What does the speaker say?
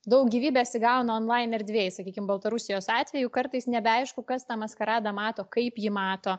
daug gyvybės įgauna onlain erdvėj sakykim baltarusijos atveju kartais nebeaišku kas tą maskaradą mato kaip ji mato